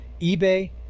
eBay